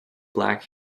black